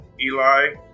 Eli